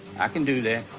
i can do that.